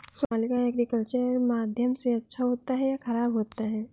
Sonalika agriculture माध्यम से अच्छा होता है या ख़राब होता है?